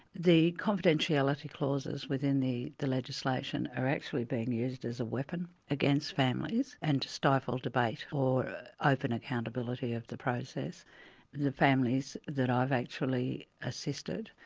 the confidentiality clauses within the the legislation are actually being used as a weapon against families and to stifle debate, or open accountability of the process, and the families that i've actually assisted,